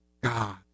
God